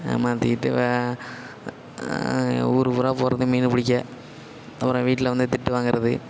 ஏமாற்றிக்கிட்டு ஊருப்பூராக போகிறது மீன் பிடிக்க அப்பறம் வீட்டில வந்து திட்டு வாங்குகிறது